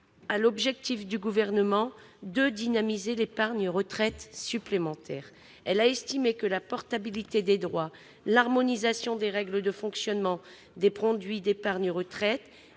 à l'objectif du Gouvernement de dynamiser l'épargne retraite supplémentaire. Elle estime que la portabilité des droits, l'harmonisation des règles de fonctionnement des produits d'épargne retraite